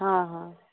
हाँ हाँ